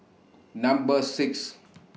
Number six